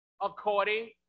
according